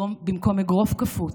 במקום אגרוף קפוץ,